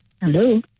Hello